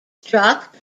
struck